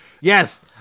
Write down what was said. Yes